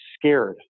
scared